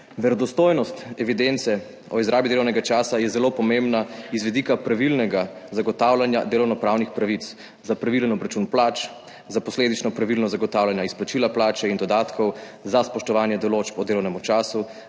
Verodostojnost evidence o izrabi delovnega časa je zelo pomembna z vidika pravilnega zagotavljanja delovnopravnih pravic za pravilen obračun plač, za posledično pravilno zagotavljanje izplačila plače in dodatkov, za spoštovanje določb o delovnem času,